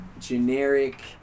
generic